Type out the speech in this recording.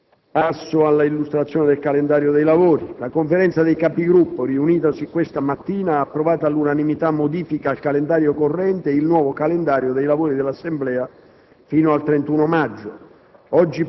"Il link apre una nuova finestra"). La Conferenza dei Capigruppo, riunitasi questa mattina, ha approvato all'unanimità modifiche al calendario corrente e il nuovo calendario dei lavori dell'Assemblea fino al 31 maggio.